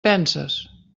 penses